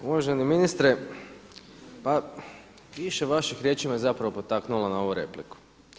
Uvaženi ministre, pa više vaših riječi me zapravo potaknulo na ovu repliku.